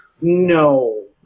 No